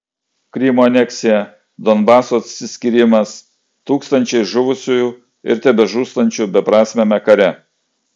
krymo aneksija donbaso atsiskyrimas tūkstančiai žuvusiųjų ir tebežūstančių beprasmiame kare